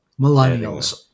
Millennials